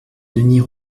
denys